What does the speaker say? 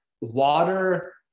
water